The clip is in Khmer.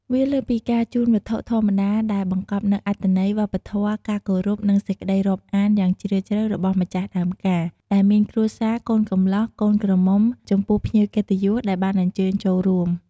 វាលើសពីការជូនវត្ថុធម្មតា តែបង្កប់នូវអត្ថន័យ វប្បធម៌ ការគោរព និងសេចក្តីរាប់អានយ៉ាងជ្រាលជ្រៅរបស់ម្ចាស់ដើមការ ដែលមានគ្រួសារកូនកំលោះ កូនក្រមុំ ចំពោះភ្ញៀវកិត្តិយសដែលបានអញ្ជើញចូលរួម។